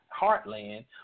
heartland